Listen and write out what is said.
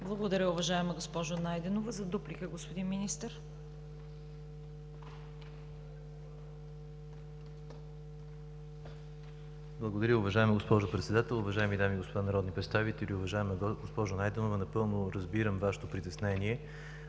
Благодаря, уважаема госпожо Найденова. За дуплика, господин министър. МИНИСТЪР НЕНО ДИМОВ: Благодаря, уважаема госпожо Председател. Уважаеми дами и господа народни представители, уважаема госпожа Найденова! Напълно разбирам, равнопоставени